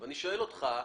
ואני שואל אותך,